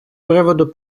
приводу